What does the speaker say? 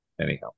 Anyhow